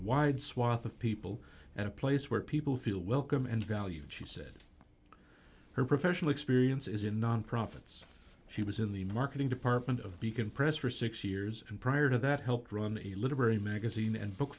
wide swath of people and a place where people feel welcome and valued she said her professional experience is in non profits she was in the marketing department of beacon press for six years and prior to that helped run the literary magazine and book